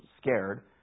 scared